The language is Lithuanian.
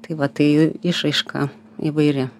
tai va tai išraiška įvairi